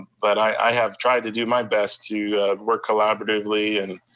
but i have tried to do my best to work collaboratively and